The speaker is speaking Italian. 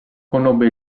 conobbe